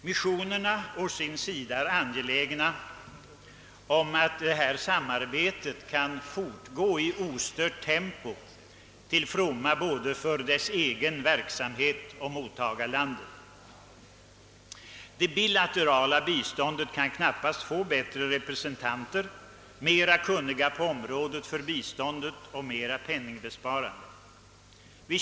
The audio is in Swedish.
Missionerna å sin sida är angelägna om att samarbetet kan fortgå i ostört tempo, till fromma för både den egna verksamheten och mottagarlandet. Det bilaterala biståndet kan knappast få bättre representanter, mera kunniga på området och mera kostnadsbesparande.